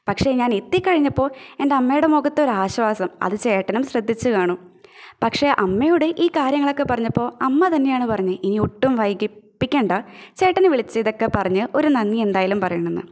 പക്ഷേ ഞാനെത്തി കഴിഞ്ഞപ്പോൾ എന്റമ്മേടെ മുഖത്തൊരാശ്വാസം അത് ചേട്ടനും ശ്രദ്ധിച്ച് കാണും പക്ഷേ അമ്മയോട് ഈ കാര്യങ്ങളക്കെ പറഞ്ഞപ്പോൾ അമ്മ തന്നെയാണ് പറഞ്ഞെ ഇനി ഒട്ടും വൈകിപ്പിക്കണ്ട ചേട്ടനെ വിളിച്ച് ഇതക്കെ പറഞ്ഞ് ഒരു നന്ദി എന്തായാലും പറയണംന്ന്